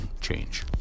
change